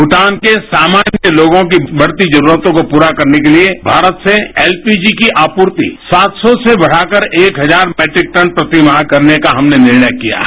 भूटान के सामान्य लोगों की बढ़ती जरूरतों को पूरा करने के लिए भारत से एलपीजी की आपूर्ति सात सौ से बढ़ाकर एक हजार मेट्रिक टन प्रति माह करने का हमने निर्णय किया है